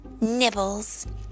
nibbles